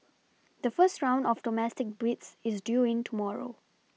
the first round of domestic bids is due in tomorrow